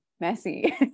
messy